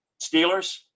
Steelers